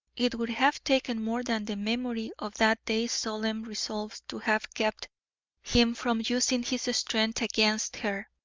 it would have taken more than the memory of that day's solemn resolves to have kept him from using his strength against her.